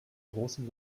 großen